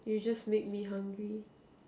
you just made me hungry